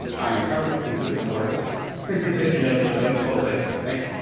i am covered. you took it the hard way. ladies and gentlemen, douglas holtz-eakin. thank